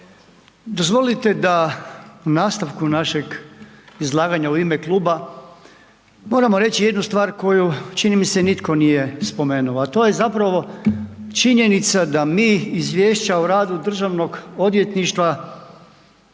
Dozvolite da u nastavku našeg izlaganja u ime kluba moramo reći jednu stvar koju čini mi se nitko nije spomenuo, a to je zapravo činjenica da mi izvješća o radu državnog odvjetništva